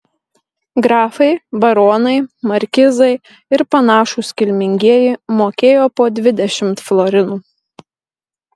grafai baronai markizai ir panašūs kilmingieji mokėjo po dvidešimt florinų